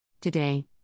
Today